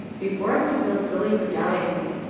before i could feel silly for doubting him,